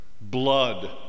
blood